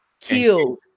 killed